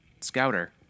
scouter